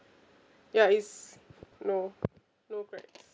ya it's no no cracks